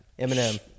Eminem